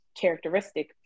characteristic